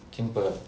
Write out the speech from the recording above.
进不 liao